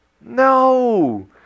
No